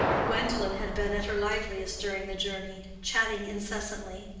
gwendolen had been at her liveliest during the journey, chatting incessantly,